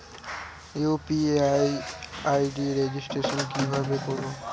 UPI ID registration কিভাবে করব?